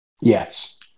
Yes